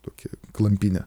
tokia klampynė